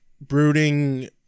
brooding